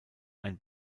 ein